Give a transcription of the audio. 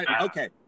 okay